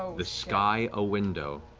the sky a window,